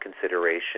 consideration